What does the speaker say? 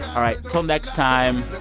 all right till next time,